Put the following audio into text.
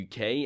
uk